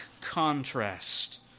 contrast